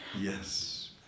Yes